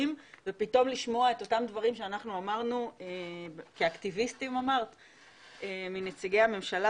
ופתאום לשמוע את אותם דברים שאנחנו אמרנו כאקטיביסטים מנציגי הממשלה,